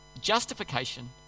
Justification